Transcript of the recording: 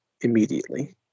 immediately